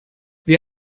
wir